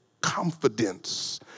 confidence